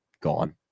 gone